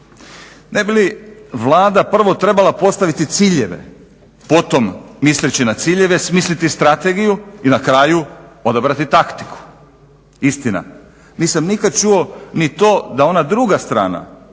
Ne bi li Vlada prvo trebala postaviti ciljeve, potom misleći na ciljeve smisliti strategiju i na kraju odabrati taktiku? Istina, nisam nikada čuo ni to da ona druga strana